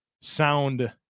sound